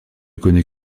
connais